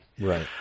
right